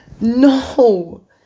No